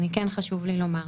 חשוב לי לומר.